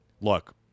look